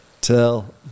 tell